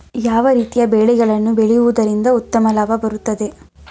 ಯಾವ ರೀತಿಯ ಬೆಳೆಗಳನ್ನು ಬೆಳೆಯುವುದರಿಂದ ಉತ್ತಮ ಲಾಭ ಬರುತ್ತದೆ?